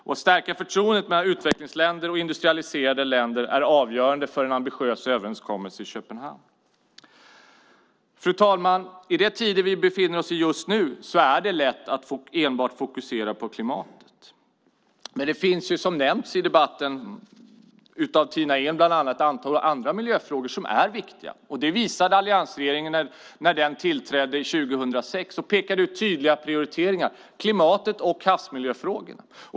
Att stärka förtroendet mellan utvecklingsländer och industrialiserade länder är avgörande för en ambitiös överenskommelse i Köpenhamn. Fru ålderspresident! I de tider vi befinner oss i just nu är det lätt att enbart fokusera på klimatet, men det finns, som bland andra Tina Ehn har nämnt i debatten, ett antal andra miljöfrågor som är viktiga. Det visade alliansregeringen när den tillträdde 2006 och pekade ut tydliga prioriteringar: klimatet och havsmiljöfrågorna.